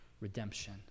redemption